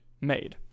made